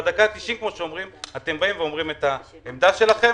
בדקה התשעים, אתם באים ואומרים את העמדה שלכם.